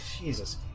Jesus